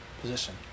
position